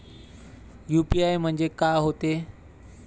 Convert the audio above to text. UPI म्हणजे का होते?